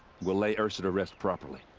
we'll lay ersa to rest properly.